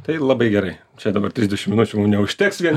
tai labai gerai čia dabar trisdešim minučių mums neužteks vien